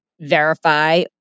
verify